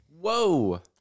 Whoa